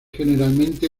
generalmente